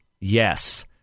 Yes